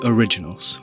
Originals